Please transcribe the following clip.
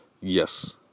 Yes